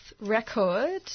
Record